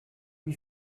lui